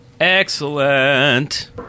Excellent